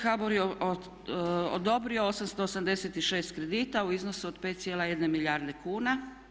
HBOR je odobrio 886 kredita u iznosu od 5,1 milijarde kuna.